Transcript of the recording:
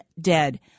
dead